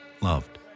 Loved